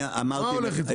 מה הולך איתכם?